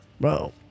bro